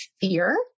fear